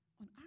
on